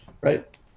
Right